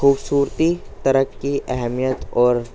خوبصورتی ترقی اہمیت اور